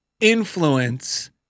influence